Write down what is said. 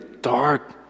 dark